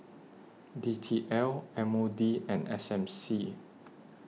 D T L M O D and S M C